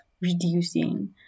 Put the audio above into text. reducing